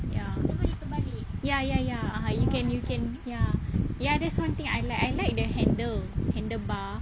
ya ya ya ya you can you can ya ya that's one thing I like I like the handle handle bar